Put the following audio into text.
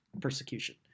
persecution